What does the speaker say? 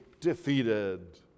defeated